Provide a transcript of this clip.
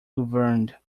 governed